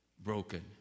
broken